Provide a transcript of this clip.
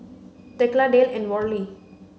Thekla Dale and Worley